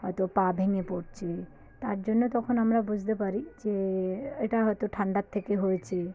হয়তো পা ভেঙে পড়ছে তার জন্য তখন আমরা বুঝতে পারি যে এটা হয়তো ঠান্ডার থেকে হয়েছে